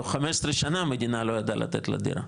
תוך 15 שנה המדינה לא ידעה לתת לה דירה,